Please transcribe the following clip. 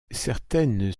certaines